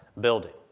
building